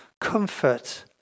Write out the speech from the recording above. Comfort